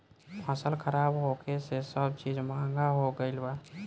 फसल खराब होखे से सब चीज महंगा हो गईल बा